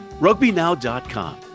rugbynow.com